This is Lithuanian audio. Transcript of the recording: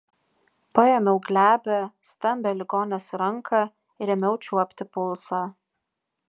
paėmiau glebią stambią ligonės ranką ir ėmiau čiuopti pulsą